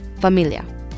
familia